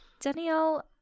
Danielle